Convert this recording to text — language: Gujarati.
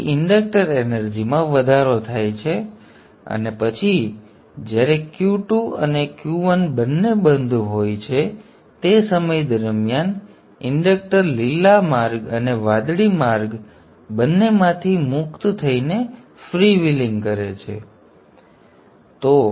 તેથી ઇન્ડક્ટર એનર્જીમાં વધારો થાય છે અને પછી જ્યારે Q2 અને Q1 બંને બંધ હોય છે તે સમય દરમિયાન ઇન્ડક્ટર લીલા માર્ગ અને વાદળી માર્ગ બંનેમાંથી મુક્ત થઈને ફ્રીવ્હીલિંગ કરે છે